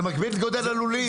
זה מגביל את גודל הלולים.